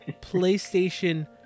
PlayStation